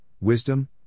wisdom